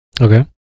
Okay